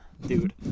dude